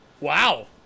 Wow